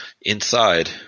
Inside